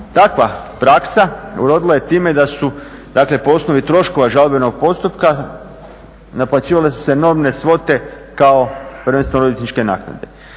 Takva praksa urodila je time da su po osnovi troškova žalbenog postupka naplaćivale su enormne svote kao prvenstveno odvjetničke naknade.